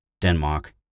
Denmark